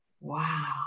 Wow